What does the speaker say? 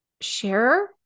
Share